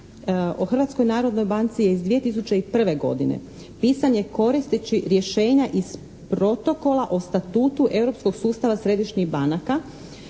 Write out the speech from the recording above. o Hrvatskoj narodnoj banci je iz 2001. godine, pisan je koristeći rješenja iz Protokola o statutu europskog sustava središnjih banaka.